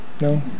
no